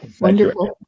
Wonderful